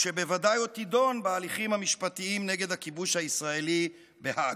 שבוודאי עוד יידון בהליכים המשפטיים נגד הכיבוש הישראלי בהאג.